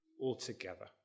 altogether